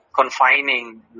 confining